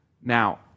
Now